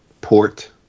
port